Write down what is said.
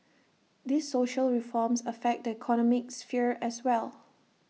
these social reforms affect the economic sphere as well